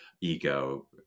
ego